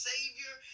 Savior